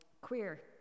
queer